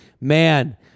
man